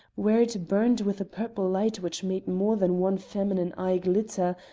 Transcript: where it burned with a purple light which made more than one feminine eye glitter,